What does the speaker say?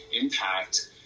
impact